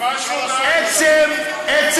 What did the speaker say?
זה ממש לא נראה, עצם זה